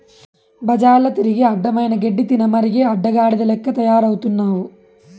బజార్ల తిరిగి అడ్డమైన గడ్డి తినమరిగి అడ్డగాడిద లెక్క తయారవుతున్నావు